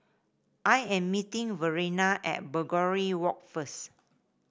I am meeting Verena at Begonia Walk first